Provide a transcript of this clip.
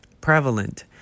prevalent